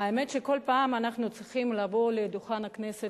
האמת שכל פעם אנחנו צריכים לבוא לדוכן הכנסת